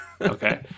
okay